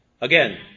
Again